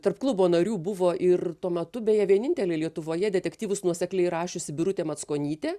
tarp klubo narių buvo ir tuo metu beje vienintelė lietuvoje detektyvus nuosekliai rašiusi birutė mackonytė